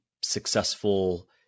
successful